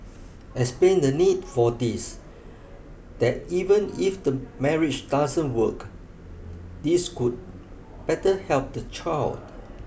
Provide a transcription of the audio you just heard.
explain the need for this that even if the marriage doesn't work this could better help the child